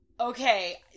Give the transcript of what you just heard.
okay